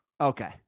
Okay